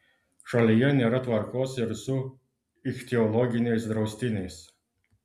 šalyje nėra tvarkos ir su ichtiologiniais draustiniais